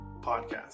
podcast